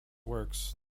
works